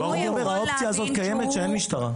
האופציה הזו קיימת כשאין משטרה.